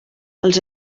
els